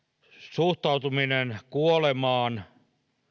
suhtautuminen kuolemaan